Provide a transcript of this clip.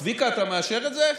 צביקה, אתה מאשר את זה?